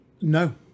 No